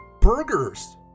burgers